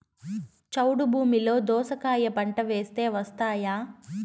చౌడు భూమిలో దోస కాయ పంట వేస్తే వస్తాయా?